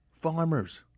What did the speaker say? farmers